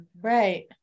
right